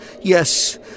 Yes